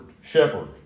shepherd